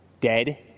dead